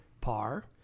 par